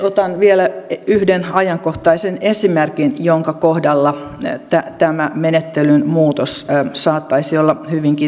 otan vielä yhden ajankohtaisen esimerkin jonka kohdalla tämä menettelyn muutos saattaisi olla hyvinkin merkittävä